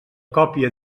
còpia